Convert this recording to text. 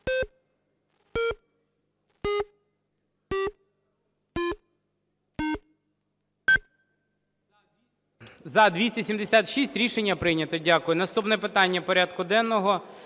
За-276 Рішення прийнято. Дякую. Наступне питання порядку денного